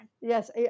Yes